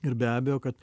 ir be abejo kad